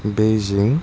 Beijing